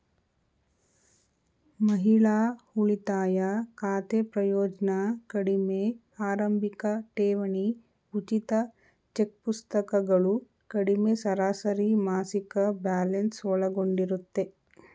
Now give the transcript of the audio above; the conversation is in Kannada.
ಮಹಿಳಾ ಉಳಿತಾಯ ಖಾತೆ ಪ್ರಯೋಜ್ನ ಕಡಿಮೆ ಆರಂಭಿಕಠೇವಣಿ ಉಚಿತ ಚೆಕ್ಪುಸ್ತಕಗಳು ಕಡಿಮೆ ಸರಾಸರಿಮಾಸಿಕ ಬ್ಯಾಲೆನ್ಸ್ ಒಳಗೊಂಡಿರುತ್ತೆ